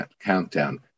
countdown